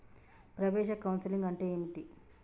ప్రవేశ కౌన్సెలింగ్ అంటే ఏమిటి?